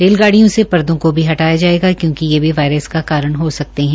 रेलगाड़ियों से परदों को भी हटाया जायेगा क्योंकि ये भी वायरस का कारण हो सकते हैं